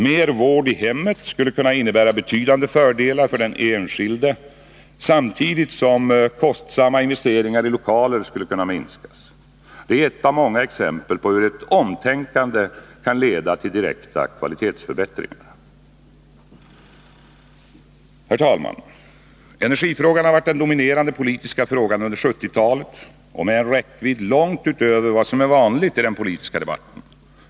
Mer vård i hemmet skulle kunna innebära betydande fördelar för den enskilde, samtidigt som kostsamma investeringar i lokaler skulle kunna minskas. Det är ett av många exempel på hur ett omtänkande kan leda till direkta kvalitetsförbättringar. Herr talman! Energifrågan har varit den dominerande politiska frågan under 1970-talet, med en räckvidd långt utöver vad som är vanligt i den politiska debatten.